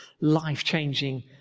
life-changing